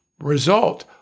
result